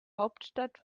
hauptstadt